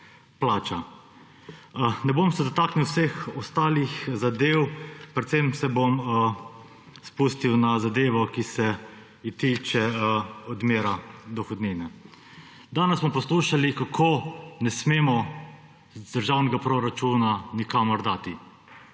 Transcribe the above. Ne bom se dotaknil vseh ostalih zadev, predvsem se bom spustil v zadevo, ki se tiče odmere dohodnine. Danes smo poslušali, kako ne smemo iz državnega proračuna nikamor dati.